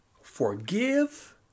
forgive